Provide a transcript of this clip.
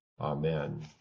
Amen